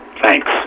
Thanks